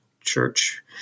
church